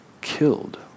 killed